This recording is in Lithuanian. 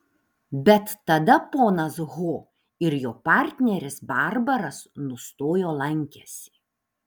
bet tada ponas ho ir jo partneris barbaras nustojo lankęsi